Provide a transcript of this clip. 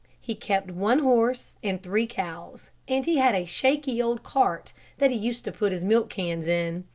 he kept one horse and three cows, and he had a shaky old cart that he used to put his milk cans in.